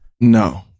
No